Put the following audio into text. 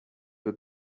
were